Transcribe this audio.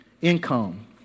income